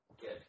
Good